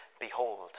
behold